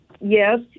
Yes